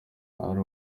ari